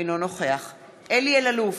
אינו נוכח אלי אלאלוף,